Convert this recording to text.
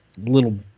little